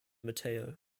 mateo